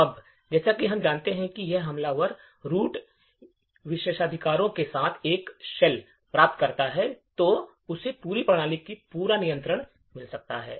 अब जैसा कि हम जानते हैं कि यदि हमलावर रूट विशेषाधिकारों के साथ एक शेल प्राप्त करता है तो उसे पूरी प्रणाली का पूरा नियंत्रण मिल जाता है